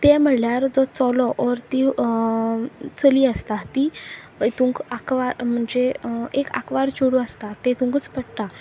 ते ते म्हणल्यार जो चलो ओर ती चली आसता तीं हेतूंक आंकवार म्हणजे एक आंकवार चेडूं आसता तेतूंकच पडटा